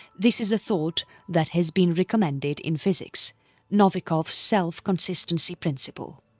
this is a thought that has been recommended in physics novikov self-consistency principle.